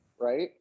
right